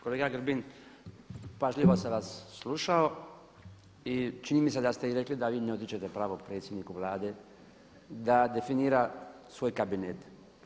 Kolega Grbin pažljivo sam vas slušao i čini mi se da ste i rekli da vi ne odričete pravo predsjedniku Vlade da definira svoj kabinet.